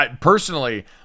personally –